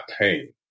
pain